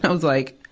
like,